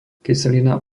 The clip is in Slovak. kyselina